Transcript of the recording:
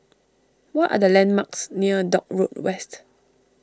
what are the landmarks near Dock Road West